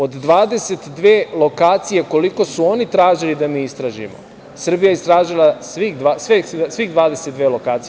Od 22 lokacije koliko su oni tražili da mi istražimo, Srbija je istražile svih 22 lokacija.